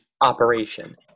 operation